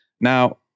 Now